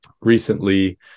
recently